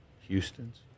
Houston's